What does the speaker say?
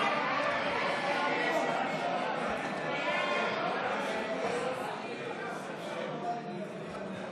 ההסתייגות (1) של קבוצת סיעת יהדות